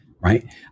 right